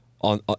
on